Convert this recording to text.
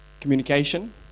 Communication